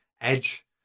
Edge